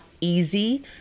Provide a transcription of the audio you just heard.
easy